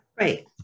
Right